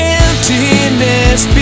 emptiness